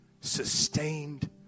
sustained